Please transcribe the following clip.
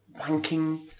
Wanking